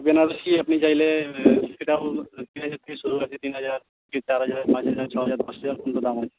বেনারসি আপনি চাইলে সেটাও তিন হাজার থেকে শুরু আছে তিন হাজার কি চার হাজার পাঁচ হাজার ছ হাজার দশ হাজার পর্যন্ত দাম আছে